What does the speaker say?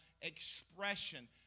expression